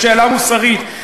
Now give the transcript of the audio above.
בשאלה מוסרית,